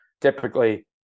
Typically